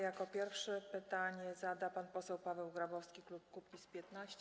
Jako pierwszy pytanie zada pan poseł Paweł Grabowski, klub Kukiz’15.